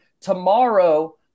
Tomorrow